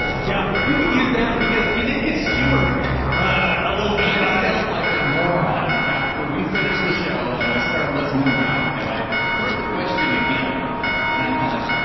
yeah. we could use that because we did get skewered a little bit um brandan ah like a moron after we finished the show and i started listening back and i heard the question again and i thought.